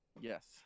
Yes